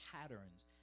patterns